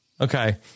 Okay